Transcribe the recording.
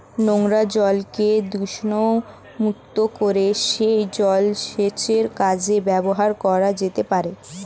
নোংরা জলকে দূষণমুক্ত করে সেই জল সেচের কাজে ব্যবহার করা যেতে পারে